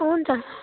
हुन्छ